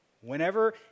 Whenever